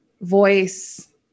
voice